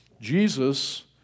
Jesus